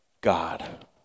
God